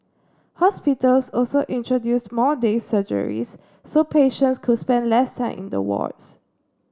hospitals also introduced more day surgeries so patients could spend less time in the wards